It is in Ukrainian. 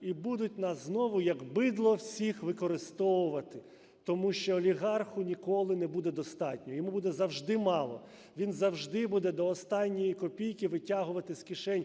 і будуть нас знову як бидло всіх використовувати, тому що олігарху ніколи не буде достатньо, йому буде завжди мало, він завжди буде до останньої копійки витягувати з кишень